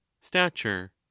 stature